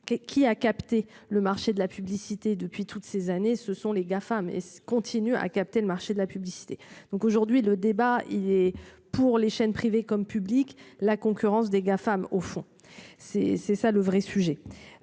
qui a capté le marché de la publicité depuis toutes ces années, ce sont les Gafam et continue à capter le marché de la publicité donc aujourd'hui le débat il est pour les chaînes privées comme publiques. La concurrence des Gafam, au fond c'est c'est ça le vrai sujet.